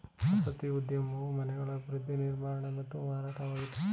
ವಸತಿ ಉದ್ಯಮವು ಮನೆಗಳ ಅಭಿವೃದ್ಧಿ ನಿರ್ಮಾಣ ಮತ್ತು ಮಾರಾಟವಾಗಿದೆ